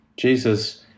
Jesus